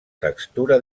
textura